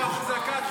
התנאים לא השתנו.